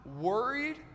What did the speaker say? worried